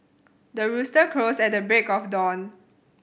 the rooster crows at the break of dawn